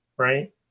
right